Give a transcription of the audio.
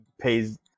pays